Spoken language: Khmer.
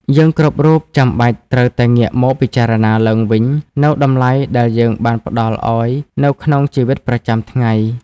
យើងគ្រប់រូបចាំបាច់ត្រូវតែងាកមកពិចារណាឡើងវិញនូវតម្លៃដែលយើងបានផ្ដល់ឲ្យនៅក្នុងជីវិតប្រចាំថ្ងៃ។